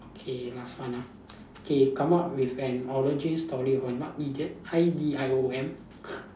okay last one ah okay come up with an origin story of an idiom I D I O M